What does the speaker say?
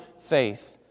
faith